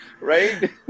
right